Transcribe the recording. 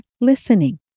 listening